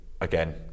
again